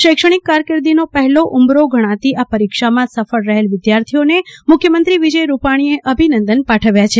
શૈક્ષણિક કારકિર્દીનો પહેલો ઉંબરો ગણાતી આ પરીક્ષામાં સફળ રહેલા વિદ્યાર્થીઓને મુખ્યમંત્રી વિજય રૂપાણીએ અભિનંદન પાઠવ્યા છે